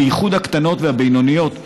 בייחוד הקטנות והבינוניות,